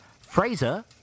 Fraser